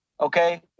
Okay